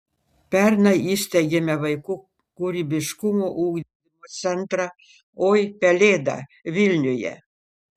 pernai įsteigėme vaikų kūrybiškumo ugdymo centrą oi pelėda vilniuje